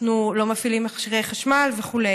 אנחנו לא מפעילים מכשירי חשמל וכו'.